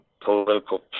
political